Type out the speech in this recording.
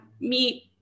meet